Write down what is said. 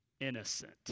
innocent